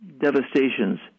devastations